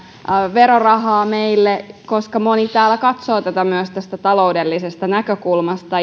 verorahaa meille koska moni täällä katsoo tätä myös tästä taloudellisesta näkökulmasta